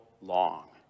long